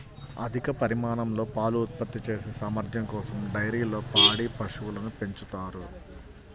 అధిక పరిమాణంలో పాలు ఉత్పత్తి చేసే సామర్థ్యం కోసం డైరీల్లో పాడి పశువులను పెంచుతారు